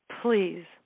Please